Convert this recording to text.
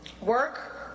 work